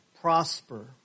prosper